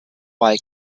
bei